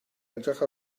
edrych